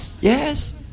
Yes